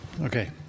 Okay